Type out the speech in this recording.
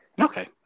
Okay